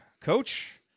Coach